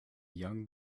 young